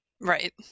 Right